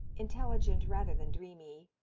intelligent rather than dreamy,